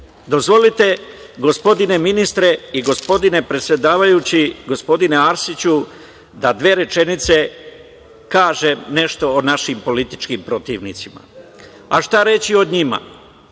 govori. Dozvolite, gospodine ministre i gospodine predsedavajući, gospodine Arsiću, da dve rečenice kažem nešto o našim političkim protivnicima. Šta reći o njima?